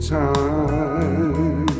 time